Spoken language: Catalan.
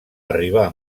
arribar